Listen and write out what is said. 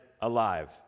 alive